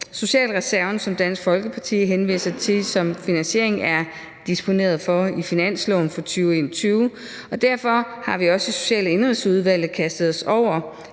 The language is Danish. Socialreserven, som Dansk Folkeparti henviser til som finansiering, er der disponeret for i finansloven for 2021, og derudover har vi også i Social- og Indenrigsudvalget kastet os over